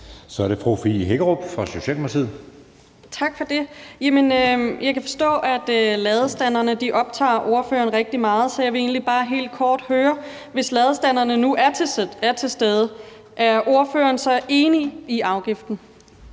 Så er det fru Fie Hækkerup fra Socialdemokratiet. Kl. 14:04 Fie Hækkerup (S): Tak for det. Jeg kan forstå, at ladestanderne optager ordføreren rigtig meget, så jeg vil egentlig bare helt kort høre: Hvis ladestanderne nu er til stede, er ordføreren så enig i afgiften?